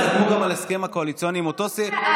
אז חתמו על הסכם קואליציוני עם אותו סעיף.